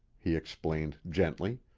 he explained gently.